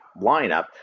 lineup